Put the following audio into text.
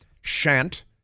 Shant